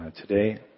today